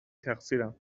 تقصیرم